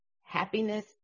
happiness